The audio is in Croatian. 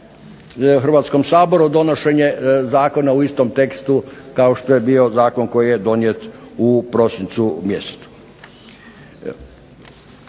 Hrvatskom saboru donošenje zakona u istom tekstu kao što je bio zakon koji je donijet u prosincu mjesecu.